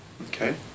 Okay